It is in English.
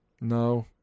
No